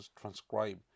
transcribe